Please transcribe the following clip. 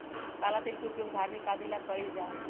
काला तिल के उपयोग धार्मिक आदि ला कइल जाहई